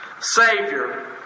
Savior